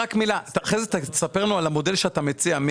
אחר כך ספר לנו על המודל שאתה מציע.